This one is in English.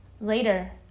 Later